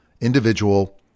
individual